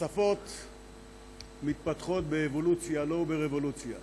השפות מתפתחות באבולוציה, לא ברבולוציה,